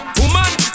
woman